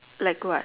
like what